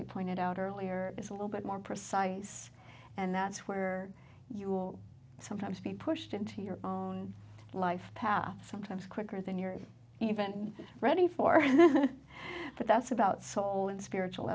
of pointed out earlier is a little bit more precise and that's where you will sometimes be pushed into your own life path sometimes quicker than your event and ready for it but that's about saul in spiritual